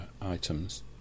items